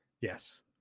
Yes